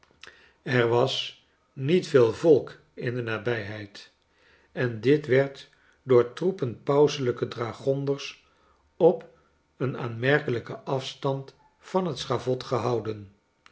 er was niet veel volk in de nabijheid en dit werd door troepen pauselijke dragonders op een aanmerkelijken afstand van het schavot gehouden